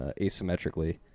asymmetrically